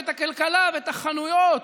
את הכלכלה ואת החנויות.